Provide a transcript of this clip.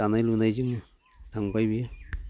दानाय लुनायजोंनो थांबाय बियो